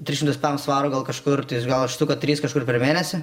tris šimtus piam svarų gal kažkur gal štuka trys kažkur per mėnesį